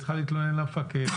היא צריכה להתלונן למפקד.